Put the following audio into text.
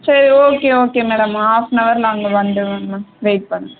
சரி okay okay madam half னவரில் அங்கே வந்துடுவேன் மேம் வெயிட் பண்ணுங்க